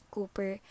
Cooper